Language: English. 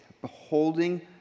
beholding